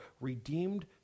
redeemed